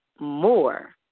more